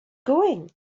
going